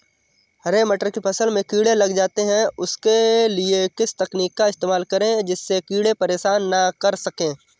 हरे मटर की फसल में कीड़े लग जाते हैं उसके लिए किस तकनीक का इस्तेमाल करें जिससे कीड़े परेशान ना कर सके?